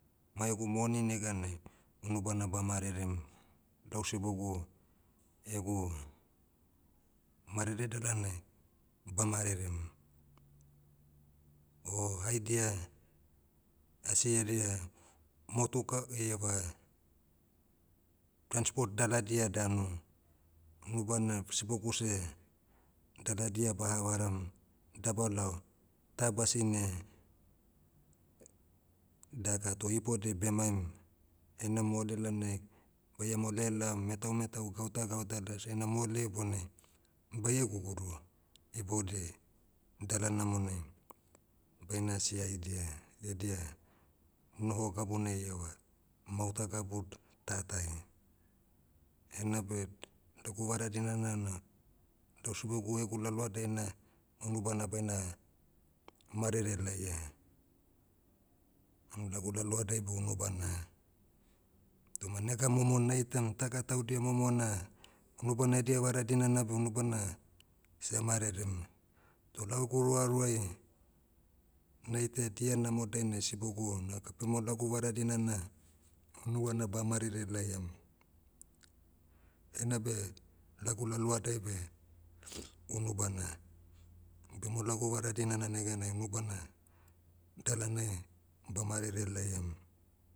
Maiegu moni neganai, unubana ba marerem, lau sibogu, egu, marere dalanai, ba marerem. O haidia, asi edia, motuka eiava, transport daladia danu, unubana sibogu seh, daladia baha varam, dabalao, ta basine, daka toh ibodiai bemaim, heina moale lanai, baia moale lao metau metau gauta gauta las heina moale ibonai, baia gugurua, ibodiai, dala namonai, baina siaidia, edia, noho gabuna iava, mauta gabu, tatai. Enabe, lagu vara dinana na, lau sibogu egu lalohadai na, unubana baina, marere laia. Unu lagu lalohadai beh unubana. Toma nega momo naitam taga taudia momo na, unubana edia vara dinana beh unubana, seh marerem. Toh laugu roaroai, naita dia namo dainai sibogu naga bema lagu vara dinana, unubana ba marere laiam. Enabe, lagu lalohadai beh, unubana. Bema lagu vara dinana neganai unubana, dalanai, ba marere laiam.